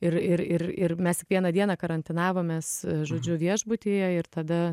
ir ir ir ir mes tik vieną dieną karantinavomės žodžiu viešbutyje ir tada